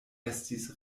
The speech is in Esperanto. estis